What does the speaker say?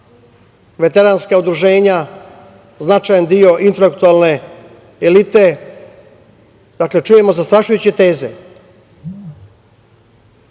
veteranska udruženja značajan deo infraktualne elite, dakle čujemo zastrašujuće teze,